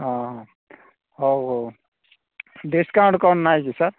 ଓଃ ହେଉ ହେଉ ଡିସ୍କାଉଣ୍ଟ୍ କରୁନାହିଁ କି ସାର୍